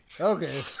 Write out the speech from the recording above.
Okay